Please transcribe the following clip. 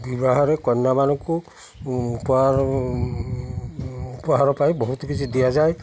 ବିବାହରେ କନ୍ୟାମାନଙ୍କୁ ଉପହାର ଉପହାର ପାଇଁ ବହୁତ କିଛି ଦିଆଯାଏ